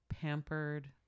pampered